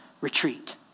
retreat